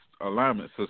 Alignment